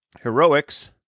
heroics